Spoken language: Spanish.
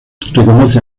reconoce